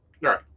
Right